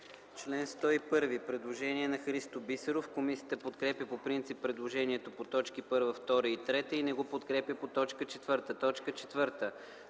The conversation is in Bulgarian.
Член 101 – предложение от Христо Бисеров. Комисията подкрепя по принцип предложението по точки от 1 до 3 и не го подкрепя по т. 4.